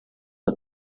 are